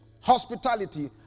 hospitality